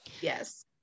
Yes